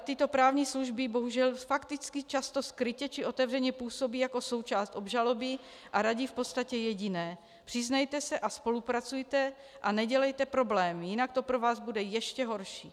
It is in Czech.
Tyto právní služby bohužel fakticky často skrytě či otevřeně působí jako součást obžaloby a radí v podstatě jediné přiznejte se a spolupracujte a nedělejte problémy, jinak to pro vás bude ještě horší.